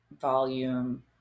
volume